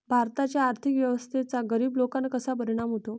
भारताच्या आर्थिक व्यवस्थेचा गरीब लोकांवर कसा परिणाम होतो?